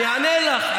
אני אענה לך.